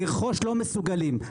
לרכוש לא מסוגלים,